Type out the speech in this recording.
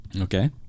Okay